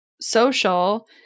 social